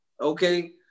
Okay